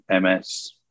ms